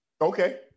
Okay